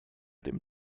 dem